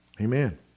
Amen